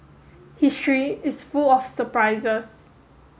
history is full of surprises